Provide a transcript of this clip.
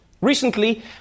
Recently